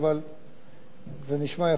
ובכל זאת זה 131 בני-אדם שנהרגו.